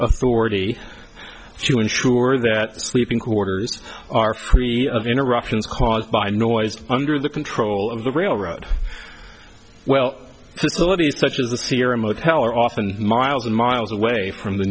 authority to ensure that the sleeping quarters are free of interruptions caused by noise under the control of the railroad well so let me such as the sierra motel are often miles and miles away from the